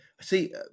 See